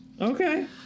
Okay